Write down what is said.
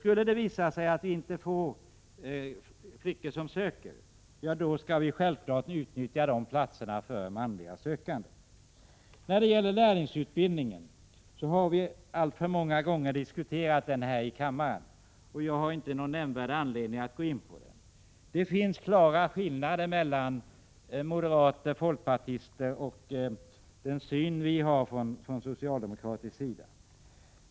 Skulle det visa sig att flickor inte söker skall platserna självfallet utnyttjas för manliga sökande. Lärlingsutbildningen har diskuterats alltför många gånger här i kammaren, och jag har inte någon nämnvärd anledning att gå in på den. Det finns en klar skillnad i synsätt mellan å ena sidan moderater och folkpartister och å andra sidan socialdemokraterna.